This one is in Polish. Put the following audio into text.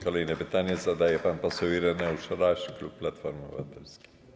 Kolejne pytanie zadaje pan poseł Ireneusz Raś, klub Platformy Obywatelskiej.